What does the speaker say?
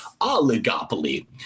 Oligopoly